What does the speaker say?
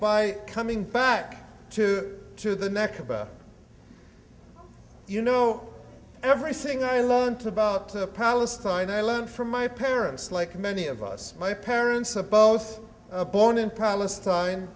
by coming back to to the neck about you know everything i learnt about palestine i learned from my parents like many of us my parents are both born in palestine